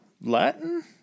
Latin